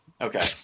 Okay